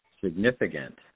significant